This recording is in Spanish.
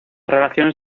relaciones